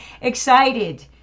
excited